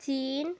চীন